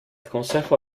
consejo